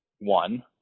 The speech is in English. One